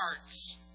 hearts